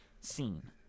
scene